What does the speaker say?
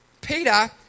Peter